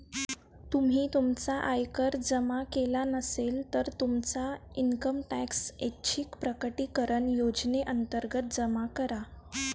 तुम्ही तुमचा आयकर जमा केला नसेल, तर तुमचा इन्कम टॅक्स ऐच्छिक प्रकटीकरण योजनेअंतर्गत जमा करा